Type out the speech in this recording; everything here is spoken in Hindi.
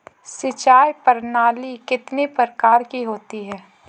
सिंचाई प्रणाली कितने प्रकार की होती है?